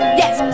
yes